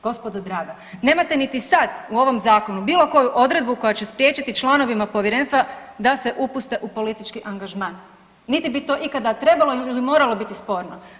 Gospodo draga, nemate niti sad u ovom zakonu bilo koju odredbu koja će spriječiti članovima povjerenstva da se upuste u politički angažman, niti bi to ikada trebalo ili moralo biti sporno.